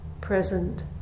present